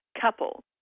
couple